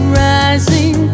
rising